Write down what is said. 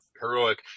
heroic